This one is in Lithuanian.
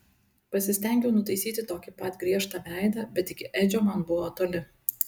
pasistengiau nutaisyti tokį pat griežtą veidą bet iki edžio man buvo toli